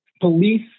police